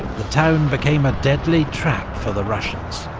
the town became a deadly trap for the russians.